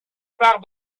part